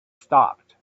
stopped